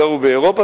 גרו באירופה,